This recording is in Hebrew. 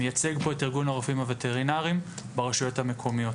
מייצג פה את ארגון הרופאים הווטרינרים ברשויות המקומיות.